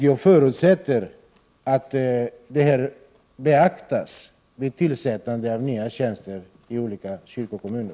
Jag förutsätter att detta beaktas vid tillsättande av nya tjänster i olika kyrkokommuner.